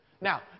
Now